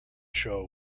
show